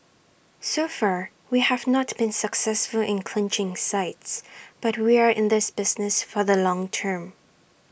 so far we have not been successful in clinching sites but we are in this business for the long term